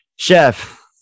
Chef